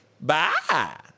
Bye